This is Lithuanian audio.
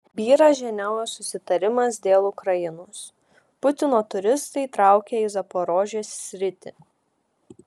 byra ženevos susitarimas dėl ukrainos putino turistai traukia į zaporožės sritį